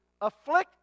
afflict